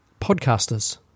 podcasters